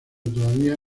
todavía